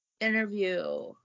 interview